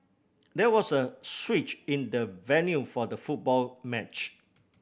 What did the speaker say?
there was a switch in the venue for the football match